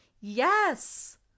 Yes